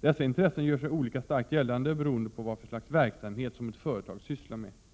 Dessa intressen gör sig olika starkt gällande beroende på vad för slags verksamhet som ett företag sysslar med.